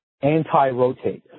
anti-rotate